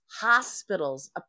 hospitals